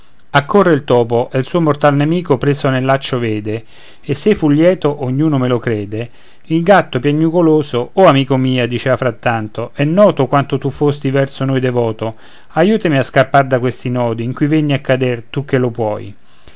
accorre il topo e il suo mortal nemico preso nel laccio vede e s'ei fu lieto ognuno me lo crede il gatto piagnoloso o amico amico dicea frattanto è noto quanto tu fosti verso noi devoto aiutami a scappar da questi nodi in cui venni a cader tu che lo puoi